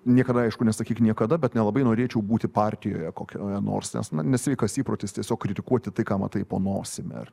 niekada aišku nesakyk niekada bet nelabai norėčiau būti partijoje kokioje nors na nesveikas įprotis tiesiog kritikuoti tai ką matai po nosimi ar